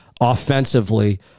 offensively